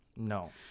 No